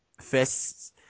fists